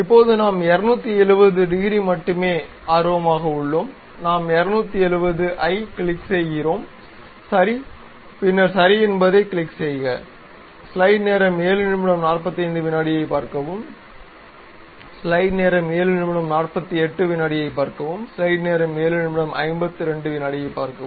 இப்போது நாம் 270 டிகிரி மட்டுமே ஆர்வமாக உள்ளோம் நாம் 270 ஐக் கிளிக் செய்கிறோம் சரி பின்னர் சரி என்பதைக் கிளிக் செய்க